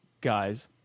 guys